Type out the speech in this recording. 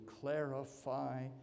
clarify